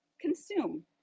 consume